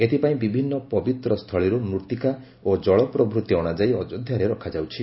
ଏଥିପାଇଁ ବିଭିନ୍ନ ପବିତ୍ରସ୍ଥଳୀରୁ ମୂତ୍ତିକା ଓ ଜଳ ପ୍ରଭୂତି ଅଣାଯାଇ ଅଯୋଧ୍ୟାରେ ରଖାଯାଉଛି